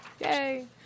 yay